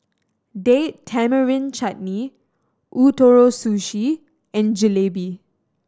Date Tamarind Chutney Ootoro Sushi and Jalebi